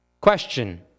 Question